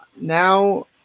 now